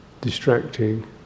distracting